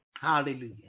Hallelujah